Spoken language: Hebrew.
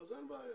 אז אין בעיה.